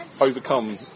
Overcome